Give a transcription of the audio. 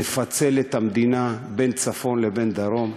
מפצל את המדינה לצפון ולדרום,